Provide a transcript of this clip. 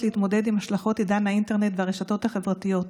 להתמודד עם השלכות עידן האינטרנט והרשתות החברתיות,